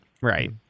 Right